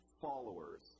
followers